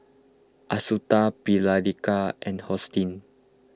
Assunta Phylicia and Hosteen